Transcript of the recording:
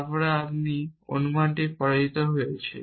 তারপরে আপনি অনুমানটি পরাজিত হয়েছে